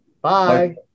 Bye